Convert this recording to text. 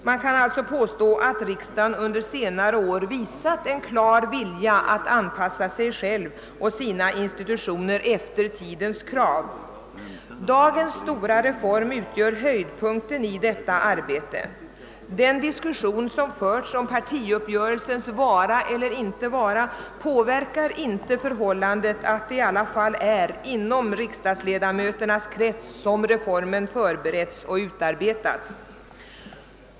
Man kan alltså påstå att riksdagen under senare år visat en klar vilja att anpassa sig själv och sina institutioner efter tidens krav. Dagens stora reform utgör höjdpunkten i detta arbete. Den diskussion som förts om partiuppgörelsens vara eller icke vara påverkar inte förhållandet, att det i alla fall är inom riksdagsledamöternas krets som reformen förberetts och utarbetats.